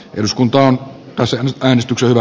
eduskunta on käsitellyt äänestyksellä